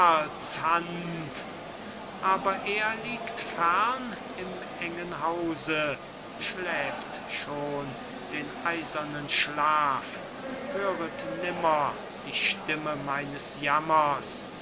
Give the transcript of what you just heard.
hand aber er liegt fern im engen hause schläft schon den eisernen schlaf höret nimmer die stimme meines jammers